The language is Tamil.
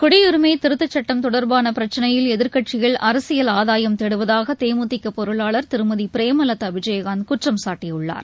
குடியுரிமை திருத்த சட்டம் தொடர்பான பிரச்னையில் எதிர்க்கட்சிகள் அரசியல் ஆதாயம் தேடுவதாக தேமுதிக பொருளாளர் திருமதி பிரேமலதா விஜயனந்த் குற்றம் சாட்டியுள்ளார்